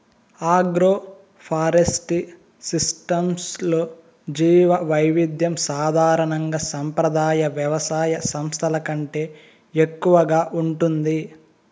agroforestry సిస్టమ్స్లో జీవవైవిధ్యం సాధారణంగా సంప్రదాయ వ్యవసాయ వ్యవస్థల కంటే ఎక్కువగా ఉంటుంది